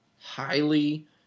highly